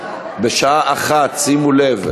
בשעה 13:00. שימו לב,